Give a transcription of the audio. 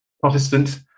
Protestant